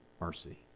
mercy